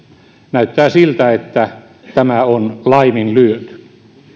näyttää siltä että tämä on laiminlyöty